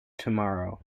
tomorrow